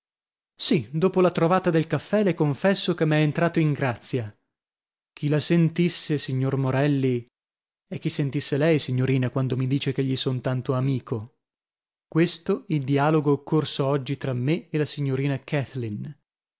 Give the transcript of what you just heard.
sì dopo la trovata del caffè le confesso che m'è entrato in grazia chi la sentisse signor morelli e chi sentisse lei signorina quando mi dice che gli son tanto amico questo il dialogo occorso oggi tra me e la signorina kathleen